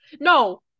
No